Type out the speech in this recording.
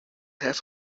half